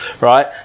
right